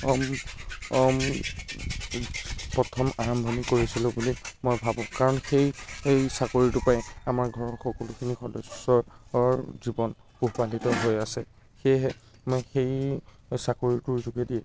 প্ৰথম প্ৰথম আৰম্ভনি কৰিছিলোঁ বুলি মই ভাবোঁ কাৰণ সেই সেই চাকৰিটোৰ পাই আমাৰ ঘৰৰ সকলোখিনি সদস্যৰ জীৱন পোহপালিত হৈ আছে সেয়েহে মই সেই চাকৰিটোৰ যোগেদি